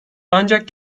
ancak